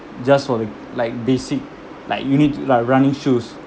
just for the like basic like you need to like running shoes